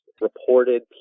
reported